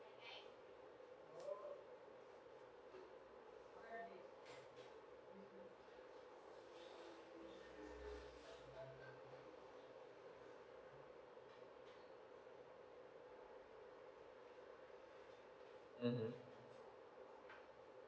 uh mm